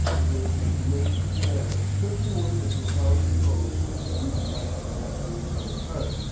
it was an immense expanse stretching away in profound repose beneath the light of an afternoon summer sun,